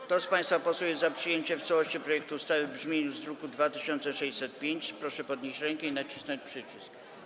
Kto z państwa posłów jest za przyjęciem w całości projektu ustawy w brzmieniu z druku nr 2605, proszę podnieść rękę i nacisnąć przycisk.